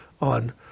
on